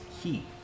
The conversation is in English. key